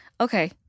Okay